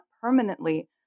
permanently